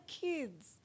kids